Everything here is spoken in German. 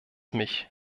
mich